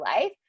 life